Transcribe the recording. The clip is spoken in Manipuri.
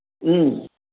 ꯎꯝ